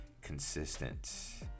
consistent